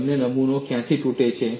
તમને નમૂનો ક્યાંથી તૂટી ગયો છે